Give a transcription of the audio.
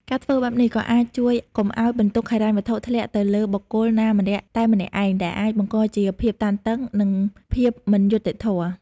ការធ្វើបែបនេះ ក៏អាចជួយកុំឱ្យបន្ទុកហិរញ្ញវត្ថុធ្លាក់ទៅលើបុគ្គលណាម្នាក់តែម្នាក់ឯង ដែលអាចបង្កជាភាពតានតឹង និងភាពមិនយុត្តិធម៌។